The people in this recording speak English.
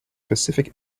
pacific